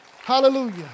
Hallelujah